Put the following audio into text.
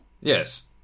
...yes